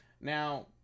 Now